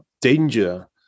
danger